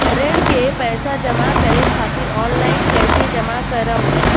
ऋण के पैसा जमा करें खातिर ऑनलाइन कइसे जमा करम?